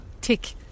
Tick